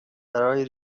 برای